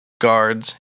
guards